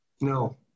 No